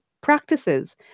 practices